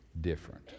different